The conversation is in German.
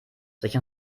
sich